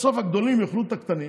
בסוף הגדולים יאכלו את הקטנים,